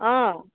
অ'